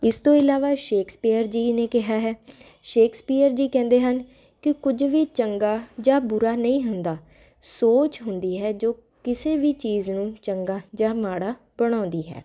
ਇਸ ਤੋਂ ਇਲਾਵਾ ਸ਼ੇਕਸਪੀਅਰ ਜੀ ਨੇ ਕਿਹਾ ਹੈ ਸ਼ੇਕਸਪੀਅਰ ਜੀ ਕਹਿੰਦੇ ਹਨ ਕਿ ਕੁਝ ਵੀ ਚੰਗਾ ਜਾਂ ਬੁਰਾ ਨਹੀਂ ਹੁੰਦਾ ਸੋਚ ਹੁੰਦੀ ਹੈ ਜੋ ਕਿਸੇ ਵੀ ਚੀਜ਼ ਨੂੰ ਚੰਗਾ ਜਾਂ ਮਾੜਾ ਬਣਾਉਂਦੀ ਹੈ